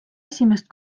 esimest